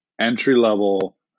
entry-level